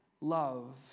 love